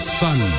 sun